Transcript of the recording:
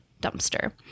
dumpster